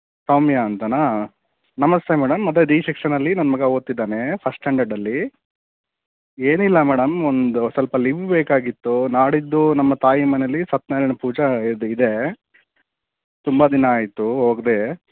ಸೌಮ್ಯ ಅಂತಲಾ ನಮಸ್ತೆ ಮೇಡಮ್ ಅದೇ ಡಿ ಸೆಕ್ಷನ್ನಲ್ಲಿ ನನ್ನ ಮಗ ಓದ್ತಿದ್ದಾನೆ ಫಸ್ಟ್ ಸ್ಟ್ಯಾಂಡಡ್ಡಲ್ಲಿ ಏನಿಲ್ಲ ಮೇಡಮ್ ಒಂದು ಸ್ವಲ್ಪ ಲಿವ್ ಬೇಕಾಗಿತ್ತು ನಾಡಿದ್ದು ನಮ್ಮ ತಾಯಿ ಮನೆಯಲ್ಲಿ ಸತ್ಯನಾರಾಯಣ ಪೂಜೆ ಇದೆ ಇದೆ ತುಂಬ ದಿನ ಆಯಿತು ಹೋಗದೇ